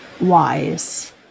wise